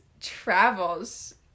travels